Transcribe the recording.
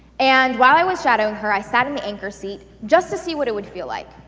and while i was shadowing her, i sat in the anchor seat, just to see what it would feel like.